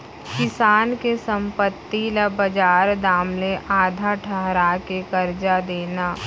किसान के संपत्ति ल बजार दाम ले आधा ठहरा के करजा देना